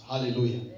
hallelujah